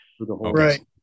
right